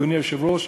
אדוני היושב-ראש,